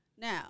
Now